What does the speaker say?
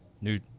new